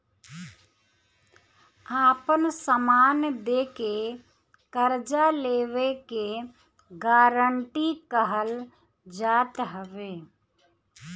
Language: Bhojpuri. आपन समान दे के कर्जा लेवे के गारंटी कहल जात हवे